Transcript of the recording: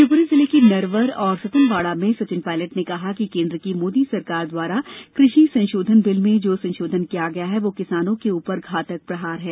शिवप्री जिले की नरवर और सतनवाड़ा में सचिन पायलट ने कहा है कि केंद्र की मोदी सरकार द्वारा कृषि संशोधन बिल में जो संशोधन किया गया है वह किसानों के ऊपर घातक प्रहार है